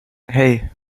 hei